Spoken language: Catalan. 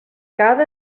cada